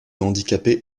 handicapés